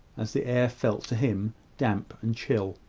as the air felt to him damp and chill.